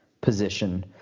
position